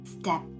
Step